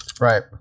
Right